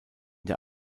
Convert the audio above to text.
der